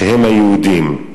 שהם היהודים.